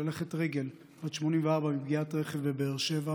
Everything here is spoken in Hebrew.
הולכת רגל בת 84, מפגיעת רכב בבאר שבע.